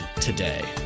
today